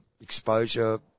exposure